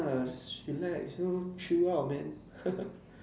just relax you know chill out man